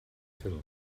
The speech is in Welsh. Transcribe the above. ffilm